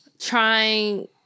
trying